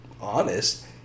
honest